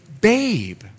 babe